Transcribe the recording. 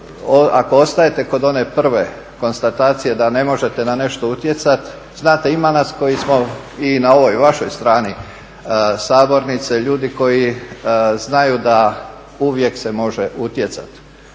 Ako ostajete kod one prve konstatacije da ne možete na nešto utjecati, znate ima nas koji smo i na ovoj vašoj strani sabornice ljudi koji znaju da uvijek se može utjecati,